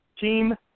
team